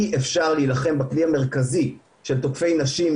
אי אפשר להילחם בכלי המרכזי של תוקפי נשים,